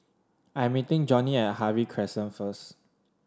I'm meeting Johnnie at Harvey Crescent first